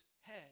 head